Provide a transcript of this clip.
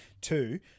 Two